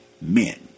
men